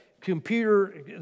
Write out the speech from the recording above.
computer